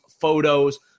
photos